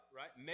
right